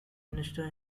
minister